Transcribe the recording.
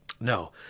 No